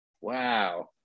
Wow